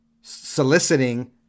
soliciting